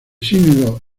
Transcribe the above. sínodo